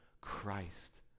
Christ